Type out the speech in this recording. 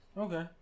Okay